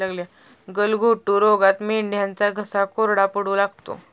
गलघोटू रोगात मेंढ्यांचा घसा कोरडा पडू लागतो